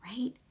right